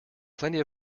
plenty